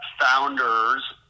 founders